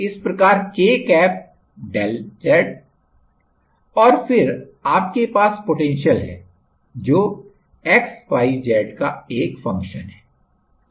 इस प्रकार k cap del z और फिर आपके पास पोटेंशियल है जो xyz का एक फंक्शन है